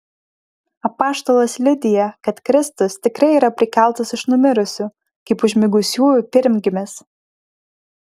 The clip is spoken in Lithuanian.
apaštalas liudija kad kristus tikrai yra prikeltas iš numirusių kaip užmigusiųjų pirmgimis